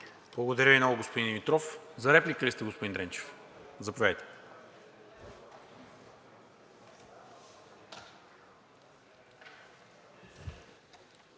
Благодаря Ви много, господин Димитров. За реплика ли сте, господин Дренчев? Заповядайте.